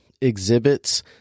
exhibits